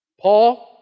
Paul